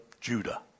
Judah